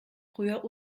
früher